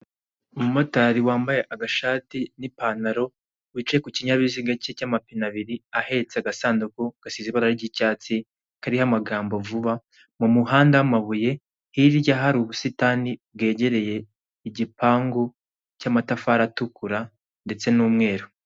Umumotari wambaye agashati n'ipantaro, wicaye ku kinyabiziga cye cy'amapine abiri ahetse agasanduku gasize ibara ry'icyatsi kariho amagambo vuba, mu muhanda w'amabuye, hirya hari ubusitani bwegereye igipangu cy'amatafari atukura ndetse n'umweru.